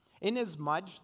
Inasmuch